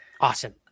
awesome